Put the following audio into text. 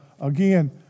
again